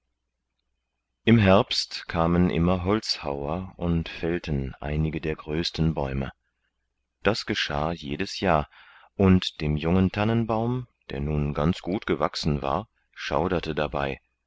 im herbst kamen immer holzhauer und fällten einige der größten bäume das geschah jedes jahr und dem jungen tannenbaum der nun ganz gut gewachsen war schauderte dabei